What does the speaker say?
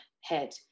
head